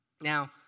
Now